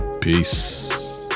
peace